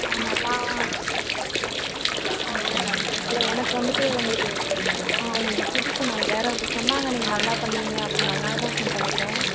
ஆமாம் நான் ஆ இல்லை எனக்கு வந்துட்டு உங்களுக்கு உங்களுது புதுசு நான் வேறு ஒருத்தர் சொன்னாங்க நீங்கள் நல்லா பண்ணுவீங்க அப்படின்னு அதனால் தான் ஃபோன் பண்ணியிருக்கேன்